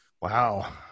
Wow